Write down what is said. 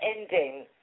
ending